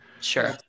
Sure